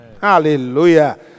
Hallelujah